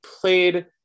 played